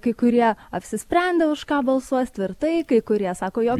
kai kurie apsisprendę už ką balsuos tvirtai kai kurie sako jog